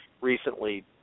recently